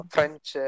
French